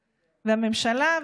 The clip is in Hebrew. הממשלה,